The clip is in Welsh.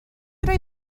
roi